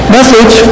message